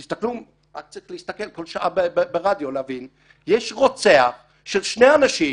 רק צריך לשמוע כל שעה ברדיו ולהבין שיש רוצח של שני אנשים,